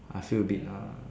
I feel a bit nah